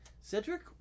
Cedric